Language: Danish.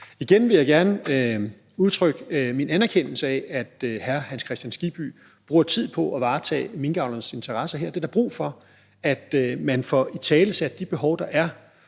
Igen vil jeg gerne udtrykke min anerkendelse af, at hr. Hans Kristian Skibby bruger tid på her at varetage minkavlernes interesser. Det er der brug for, altså at man får italesat de behov, der er.